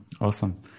awesome